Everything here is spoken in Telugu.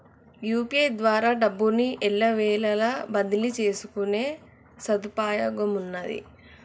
యూ.పీ.ఐ ద్వారా డబ్బును ఎల్లవేళలా బదిలీ చేసుకునే సదుపాయమున్నాది